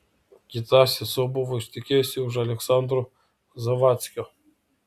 kita sesuo buvo ištekėjusi už aleksandro zavadckio